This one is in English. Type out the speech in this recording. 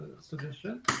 suggestion